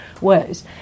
ways